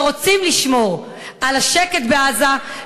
שרוצים לשמור על השקט בעזה,